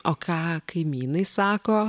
o ką kaimynai sako